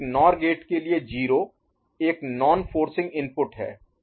तो एक NOR gate के लिए 0 एक नॉन फोर्सिंग इनपुट है